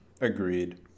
Agreed